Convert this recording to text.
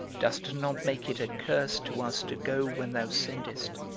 dost not make it a curse to us to go when thou sendest.